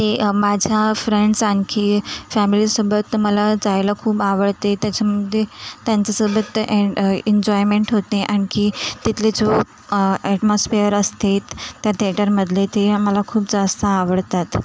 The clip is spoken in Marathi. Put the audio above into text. ते माझ्या फ्रेंडस आणखी फॅमिलीसोबत मला जायला खूप आवडते त्याच्यामुळे त्यांच्यासोबत एं एन्जॉयमेंट होते आणखी तिथले जो ॲटमॉस्फिअर असते त्या थेटरमधले ते मला खूप जास्त आवडते